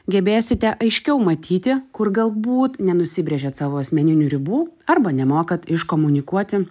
gebėsite aiškiau matyti kur galbūt nenusibrėžėt savo asmeninių ribų arba nemokat iškomunikuoti